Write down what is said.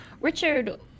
Richard